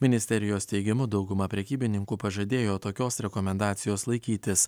ministerijos teigimu dauguma prekybininkų pažadėjo tokios rekomendacijos laikytis